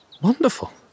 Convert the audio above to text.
Wonderful